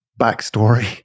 backstory